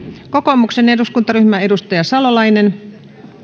kokoomuksen eduskuntaryhmä edustaja salolainen